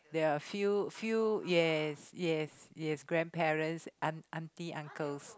there are a few few yes yes yes grandparents aunt aunty uncles